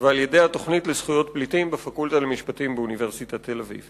ועל-ידי התוכנית לזכויות פליטים בפקולטה למשפטים באוניברסיטת תל-אביב.